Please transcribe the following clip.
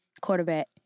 quarterback